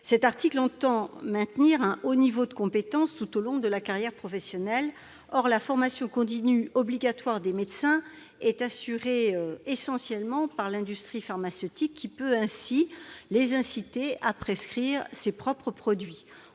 L'objectif est de maintenir un haut niveau de compétences tout au long de la carrière professionnelle. Or la formation continue obligatoire des médecins est essentiellement assurée par l'industrie pharmaceutique, qui peut ainsi les inciter à prescrire ses propres produits.